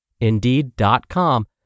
Indeed.com